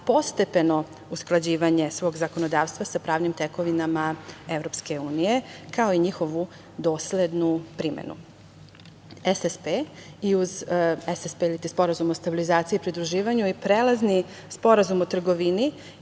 postepeno usklađivanje svog zakonodavstva sa pravnim tekovima EU, kao i njihovu doslednu primenu. Sporazum o stabilizaciji i pridruživanju ili SSP je prelazni sporazum o trgovini